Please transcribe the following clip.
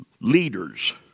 Leaders